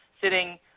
sitting